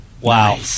Wow